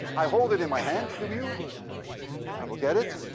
i hold it in my hand, the wheel i will get it